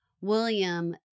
William